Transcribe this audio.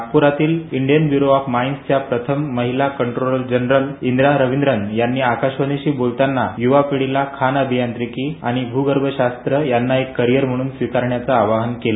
नागप्रातील Indian bureau of माईन्सच्या प्रथम महिला कंट्रोलर जनरल इंदिरा रविंद्रन यांनी आकाशवाणीशी बोलताना युवापीढिला खाण अभियांत्रिकी आणि भू गर्भशास्त्र यांना एक करिअर म्हणून स्विकारण्याच आवाहन केल